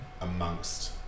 amongst